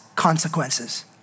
consequences